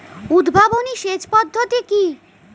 উদ্ভাবনী সেচ পদ্ধতি কি?